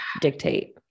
dictate